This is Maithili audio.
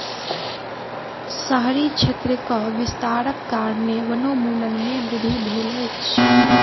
शहरी क्षेत्रक विस्तारक कारणेँ वनोन्मूलन में वृद्धि भेल अछि